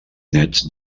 nets